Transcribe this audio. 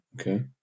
Okay